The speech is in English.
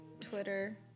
Twitter